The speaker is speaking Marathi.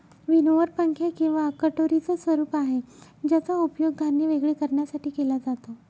विनोवर पंखे किंवा कटोरीच स्वरूप आहे ज्याचा उपयोग धान्य वेगळे करण्यासाठी केला जातो